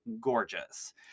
gorgeous